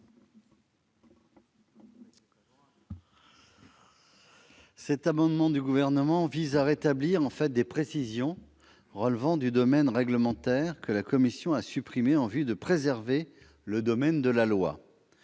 Cet amendement vise à rétablir des précisions qui relèvent du domaine réglementaire et que la commission a supprimées afin de préserver le domaine de la loi.